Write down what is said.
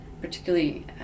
particularly